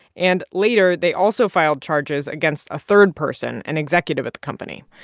and later, they also filed charges against a third person, an executive at the company,